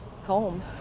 home